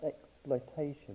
exploitation